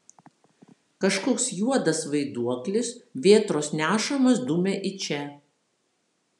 kažkoks juodas vaiduoklis vėtros nešamas dumia į čia